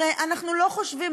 הרי אנחנו לא חושבים,